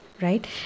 Right